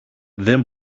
δεν